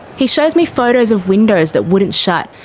he shows me photos of windows that wouldn't shut,